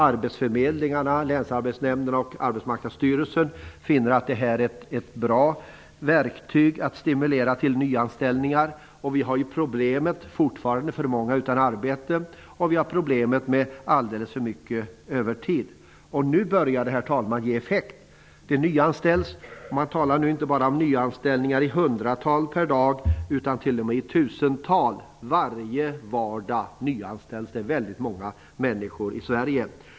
Arbetsförmedlingarna, länsarbetsnämnderna och Arbetsmarknadsstyrelsen finner att det rör sig om ett bra verktyg när det gäller att stimulera till nyanställningar. Problemet finns ju att alltför många fortfarande saknar arbete. Dessutom finns problemet med alldeles för mycket övertid. Men nu börjar detta ge effekt. Det nyanställs. Man talar numera inte bara om hundratalet nyanställningar per dag utan också om tusentalet nyanställningar. Varje vardag nyanställs nämligen väldigt många människor i Sverige.